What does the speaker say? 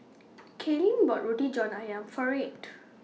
Kaylyn bought Roti John Ayam For Reid